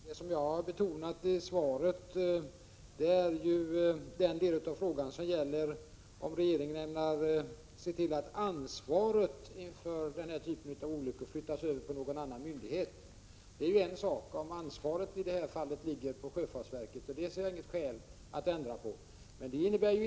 Herr talman! Det jag betonade i svaret är den del av frågan som gäller om regeringen ämnar se till att ansvaret för den här typen av olyckor flyttas över på någon annan myndighet. Detta är en sak — om ansvaret i det här fallet skall ligga på sjöfartsverket. Jag ser inget skäl för att ändra på det förhållandet.